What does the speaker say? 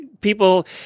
people